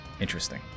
interesting